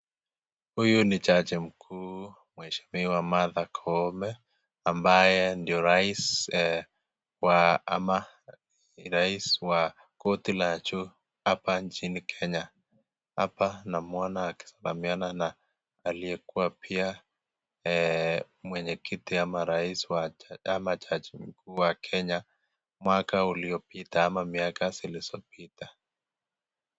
Huyu ni jaji mkuu mheshimiwa Martha Koome ambaye ndio rais wa/ ama rais wa korti la juu apa nchini Kenya. Hapa namwona akisimamiana na aliyekuwa pia mwenye kiti ama rais wa/ ama jaji kuu wa Kenya mwaka iliyopita ama miaka zilizopita.